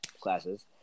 classes